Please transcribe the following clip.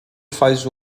faz